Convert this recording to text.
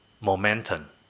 momentum